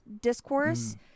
discourse